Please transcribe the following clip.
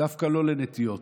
דווקא לא נטיעות.